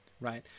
right